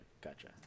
gotcha